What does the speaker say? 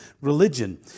religion